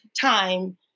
time